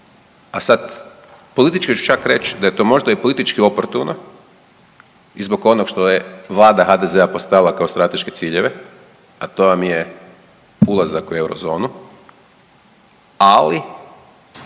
a sad, politički ću čak reći da je to možda i politički oportuno i zbog onog što je Vlada HDZ-a postavila kao strateške ciljeve, a to vam je ulazak u Eurozonu, ali